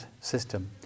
system